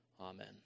Amen